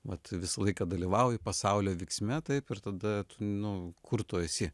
vat visą laiką dalyvauji pasaulio vyksme taip ir tada nu kur tu esi